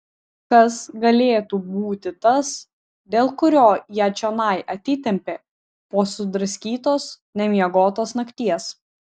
kas galėtų būti tas dėl kurio ją čionai atitempė po sudraskytos nemiegotos nakties